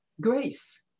grace